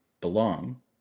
belong